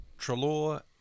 Trelaw